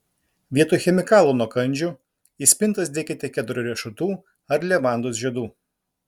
vietoj chemikalų nuo kandžių į spintas dėkite kedro riešutų ar levandos žiedų